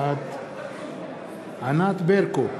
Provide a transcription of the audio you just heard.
בעד ענת ברקו,